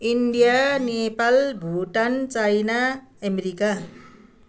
India Nepal Bhutan China America